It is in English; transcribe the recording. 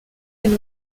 and